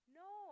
no